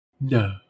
No